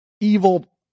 evil